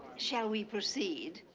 shall we proceed?